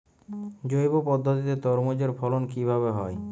জৈব পদ্ধতিতে তরমুজের ফলন কিভাবে হয়?